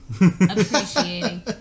Appreciating